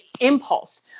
impulse